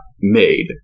made